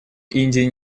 индии